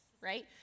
Right